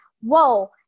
whoa